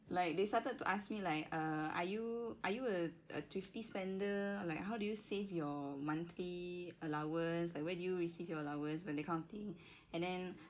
like they started to ask me like err are you are you a a thrifty spender like how do you save your monthly allowance like when do you receive your allowance when they kind of thing and then